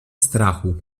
strachu